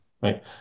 Right